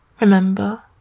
remember